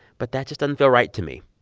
but that just doesn't feel right to me.